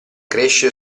cresce